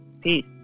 Peace